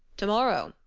tomorrow,